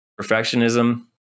Perfectionism